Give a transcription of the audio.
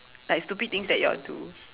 like stupid things that you all do